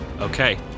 Okay